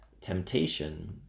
temptation